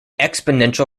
exponential